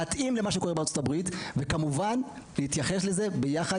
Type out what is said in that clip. להתאים למה שקורה בארצות הבריות וכמובן להתייחס לזה יחד